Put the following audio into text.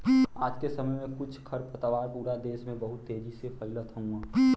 आज के समय में कुछ खरपतवार पूरा देस में बहुत तेजी से फइलत हउवन